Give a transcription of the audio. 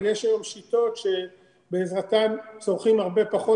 אבל יש היום שיטות שבעזרתן צורכים הרבה פחות